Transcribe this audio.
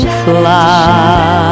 fly